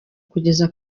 kugeza